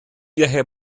viaje